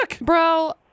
Bro